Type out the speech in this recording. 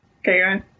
Okay